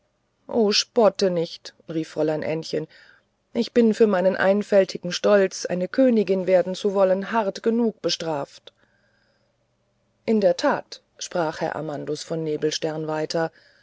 o spotte nicht rief fräulein ännchen ich bin für meinen einfältigen stolz eine königin werden zu wollen hart genug bestraft in der tat sprach herr amandus von nebelstern weiter